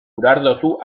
urardotu